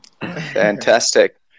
Fantastic